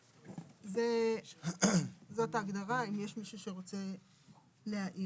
זאת ההגדרה, אם יש מישהו שרוצה להעיר?